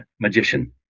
magician